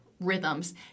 rhythms